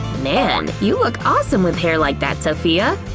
man, you look awesome with hair like that, sophia!